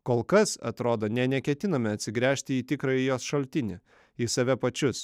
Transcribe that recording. kol kas atrodo nė neketiname atsigręžti į tikrąjį jos šaltinį į save pačius